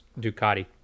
Ducati